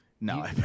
No